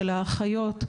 של האחיות,